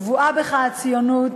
טבועה בך הציונות,